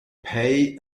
pay